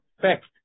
fact